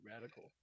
radical